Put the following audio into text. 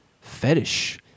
fetish